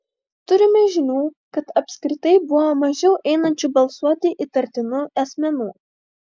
turime žinių kad apskritai buvo mažiau einančių balsuoti įtartinų asmenų